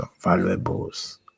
valuables